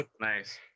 Nice